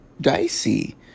dicey